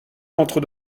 entre